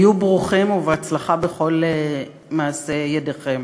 היו ברוכים, ובהצלחה בכל מעשה ידיכם.